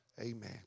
Amen